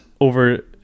over